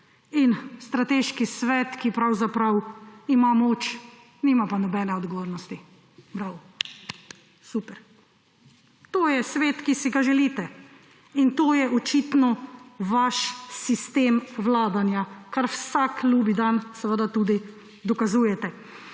Strateški svet ima moč, nima pa nobene odgovornosti. Bravo. / ploskanje/ Super. To je svet, ki si ga želite. In to je očitno vaš sistem vladanja, kar vsak ljubi dan seveda tudi dokazujete.